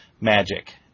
magic